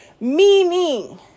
Meaning